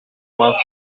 one